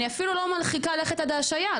אני אפילו לא מרחיקה לכת עד ההשעיה,